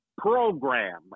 program